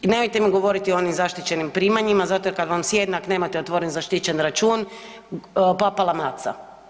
I nemojte mi govoriti o onim zaštićenim primanjima zato jer kada vam sjedne ako nemate otvoren zaštićen račun, papala maca.